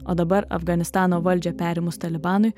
o dabar afganistano valdžią perėmus talibanui